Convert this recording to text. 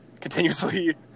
continuously